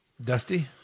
Dusty